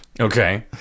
Okay